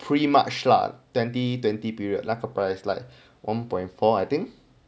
pretty much lah twenty twenty period 那个 price like one point four I think